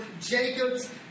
Jacob's